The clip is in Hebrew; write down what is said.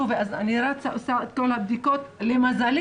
ואז רצתי ועשיתי את כל הבדיקות ולמזלי,